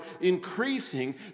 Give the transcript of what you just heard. increasing